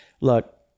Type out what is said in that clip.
look